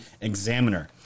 Examiner